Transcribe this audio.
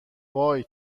وای